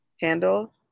handle